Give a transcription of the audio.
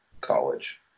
college